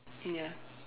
ya